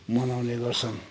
मनाउने गर्छन्